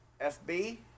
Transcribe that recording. FB